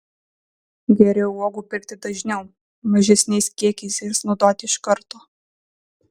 geriau uogų pirkti dažniau mažesniais kiekiais ir sunaudoti iš karto